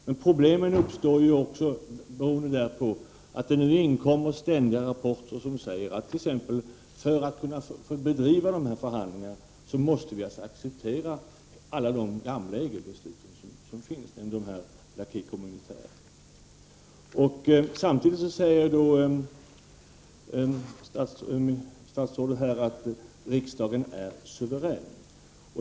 Men problem uppstår beroende därpå att det ständigt inkommer rapporter som säger att vi, för att kunna bedriva dessa förhandlingar, måste acceptera alla de gamla EG besluten, I'acquis communautaire. Samtidigt säger statsrådet Gradin att riksdagen är suverän.